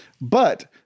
But-